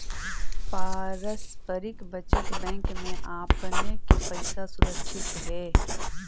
पारस्परिक बचत बैंक में आपने के पैसा सुरक्षित हेअ